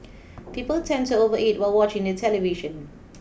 people tend to overeat while watching the television